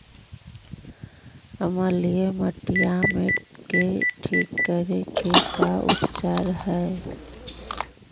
अमलिय मटियामेट के ठिक करे के का उपचार है?